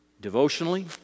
Devotionally